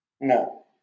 No